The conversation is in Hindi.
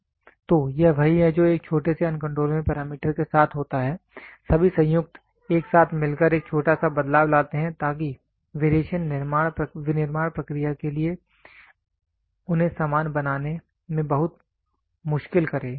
तो यह वही है जो एक छोटे से अनकंट्रोलेबल पैरामीटर के साथ होता है सभी संयुक्त एक साथ मिलकर एक छोटे सा बदलाव लाते हैं ताकि वेरिएशन विनिर्माण प्रक्रिया के लिए उन्हें समान बनाने में बहुत मुश्किल करे